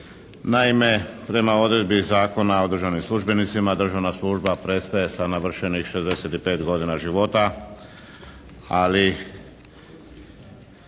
Naime, prema odredbi Zakona o državnim službenicima državna služba prestaje sa navršenih 65 godina života, ali